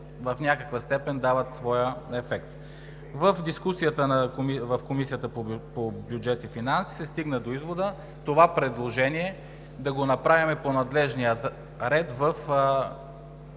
в някаква степен дават своя ефект. В дискусията в Комисията по бюджет и финанси се стигна до извода да направим това предложение по надлежния ред